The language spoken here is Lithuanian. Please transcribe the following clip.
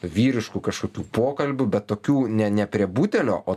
vyriškų kažkokių pokalbių bet tokių ne ne prie butelio o